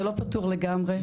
זה לא פתור לגמרי בישראל.